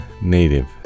native